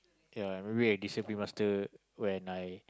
yeah we have discipline master when I